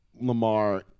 Lamar